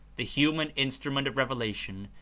the human instrument of revelation,